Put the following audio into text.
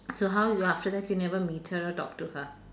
so how you after that you never meet her or talk to her